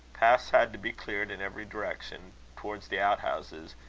paths had to be cleared in every direction towards the out-houses,